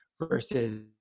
versus